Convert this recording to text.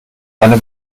eine